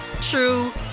true